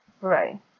Right